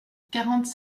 quarante